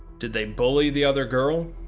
did they bully the other girl?